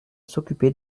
s’occuper